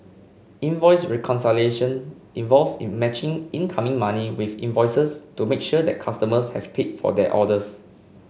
invoice reconciliation involves in matching incoming money with invoices to make sure that customers have paid for their orders